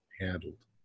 handled